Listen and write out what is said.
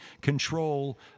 control